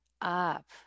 up